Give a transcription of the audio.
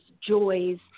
joys